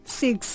six